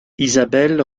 isabelle